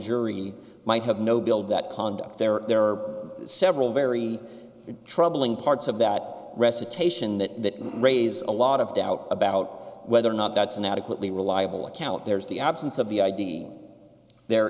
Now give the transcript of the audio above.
jury might have no build that conduct there there are several very troubling parts of that recitation that raise a lot of doubt about whether or not that's an adequately reliable account there is the absence of the id there